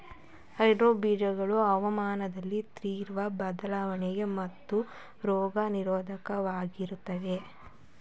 hybrid ಬೀಜಗಳು ಹವಾಮಾನದಲ್ಲಿನ ತೀವ್ರ ಬದಲಾವಣೆಗಳಿಗೆ ಮತ್ತು ರೋಗ ನಿರೋಧಕವಾಗಿರುತ್ತವೆ